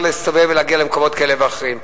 להסתובב ולהגיע למקומות כאלה ואחרים.